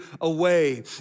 away